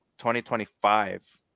2025